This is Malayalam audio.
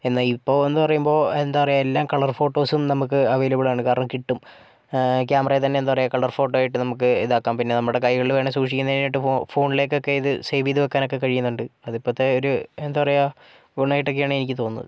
എന്നാൽ ഇപ്പോൾ എന്ന് പറയുമ്പോൾ എന്താ പറയാ എല്ലാം കളർ ഫോട്ടോസും നമുക്ക് അവൈലബിൾ ആണ് കാരണം കിട്ടും ക്യാമറയിൽ തന്നെ എന്താ പറയാ കളർ ഫോട്ടോ ആയിട്ട് നമുക്ക് ഇതാക്കാം പിന്നെ നമ്മുടെ കൈകളിൽ വേണമെങ്കിൽ സൂക്ഷിക്കുന്നതിനെകാട്ടും നല്ലത് ഫോണിലേക്കൊക്കെ ഇത് സേവ് ചെയ്ത് വെക്കാനൊക്കെ കഴിയുന്നുണ്ട് അത് ഇപ്പോഴത്തെ ഒരു എന്താ പറയാ ഒരു ഗുണമായിട്ടൊക്കെയാണ് എനിക്ക് തോന്നുന്നത്